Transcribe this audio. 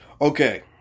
Okay